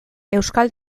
euskal